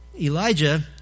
Elijah